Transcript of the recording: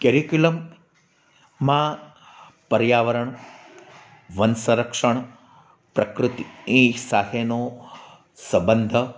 કેરીકુલમમાં પર્યાવરણ વનસંરક્ષણ પ્રકૃતિ સાથેનું સંબંધ